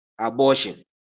abortion